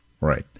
Right